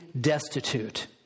destitute